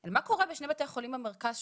אלא מה קורה בשני בתי החולים במרכז שהובטחו.